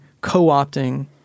co-opting